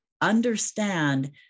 understand